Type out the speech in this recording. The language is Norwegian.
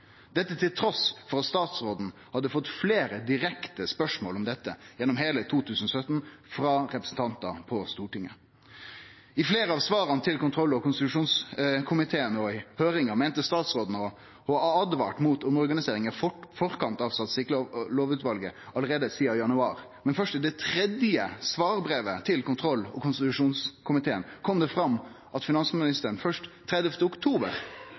dette trass i at statsråden hadde fått fleire direkte spørsmål om dette gjennom heile 2017 frå representantar på Stortinget. I fleire av svara til kontroll- og konstitusjonskomiteen, og i høyringa, meinte statsråden å ha åtvara mot omorganiseringa i forkant av Statistikklovutvalet allereie sidan januar. Men først i det tredje svarbrevet til kontroll- og konstitusjonskomiteen kom det fram at finansministeren først den 30. oktober